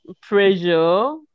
pressure